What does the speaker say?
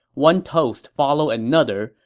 one toast followed another,